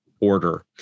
order